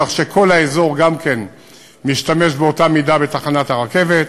כך שכל האזור גם כן משתמש באותה מידה בתחנת הרכבת,